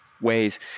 ways